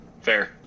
Fair